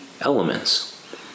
elements